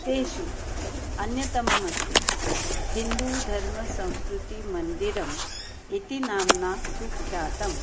तेषु अन्यतमस्ति हिन्दूधर्मसंस्कृतिमन्दिरम् इति नाम्ना सुख्यातम्